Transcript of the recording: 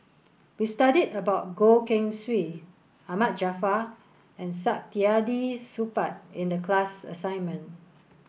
we studied about Goh Keng Swee Ahmad Jaafar and Saktiandi Supaat in the class assignment